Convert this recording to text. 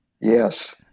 Yes